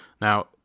Now